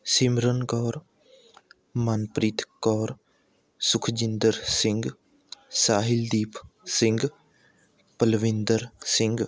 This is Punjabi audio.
ਸਿਮਰਨ ਕੌਰ ਮਨਪ੍ਰੀਤ ਕੌਰ ਸੁਖਜਿੰਦਰ ਸਿੰਘ ਸਾਹਿਲਦੀਪ ਸਿੰਘ ਪਲਵਿੰਦਰ ਸਿੰਘ